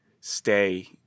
stay